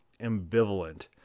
ambivalent